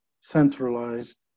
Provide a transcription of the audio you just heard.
centralized